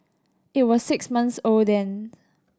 it was six months old then